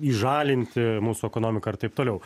įžalinti mūsų ekonomiką ir taip toliau